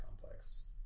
complex